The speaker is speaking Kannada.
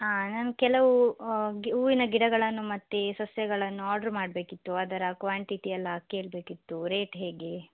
ಹಾಂ ನಾನು ಕೆಲವು ಗಿ ಹೂವಿನ ಗಿಡಗಳನ್ನು ಮತ್ತು ಸಸ್ಯಗಳನ್ನು ಆಡ್ರ ಮಾಡಬೇಕಿತ್ತು ಅದರ ಕ್ವಾಂಟಿಟಿಯೆಲ್ಲ ಕೇಳಬೇಕಿತ್ತು ರೇಟ್ ಹೇಗೆ